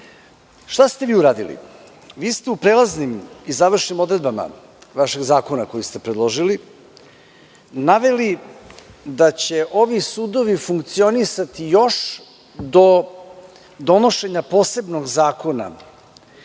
itd. Šta ste vi uradi? Vi ste u prelaznim i završnim odredbama vašeg zakona koji ste predložili naveli da će ovi sudovi funkcionisati još do donošenja posebno zakona